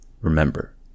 remember